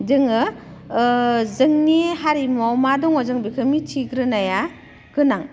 जोङो जोंनि हारिमुआव मा दङ जों बेखो मिथिग्रोनाया गोनां